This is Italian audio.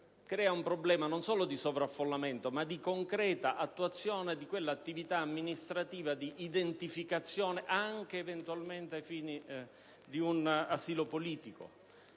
crea un problema non solo di sovraffollamento ma di concreta attuazione dell'attività amministrativa di identificazione, anche eventualmente ai fini di un asilo politico.